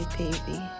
baby